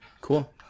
Cool